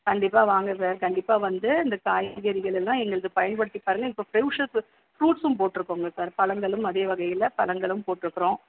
கண்டிப்பாக வாங்க சார் கண்டிப்பாக வந்து இந்த காய்கறிகளெல்லாம் எங்களது பயன்படுத்தி பாருங்கள் இப்போ ஃப்ரூட்ஸும் போட்டுருக்கோங்க சார் பழங்களும் அதே வகையில் பழங்களும் போட்ருக்கிறோம்